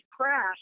crash